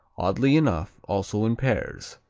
oddly enough also in pairs,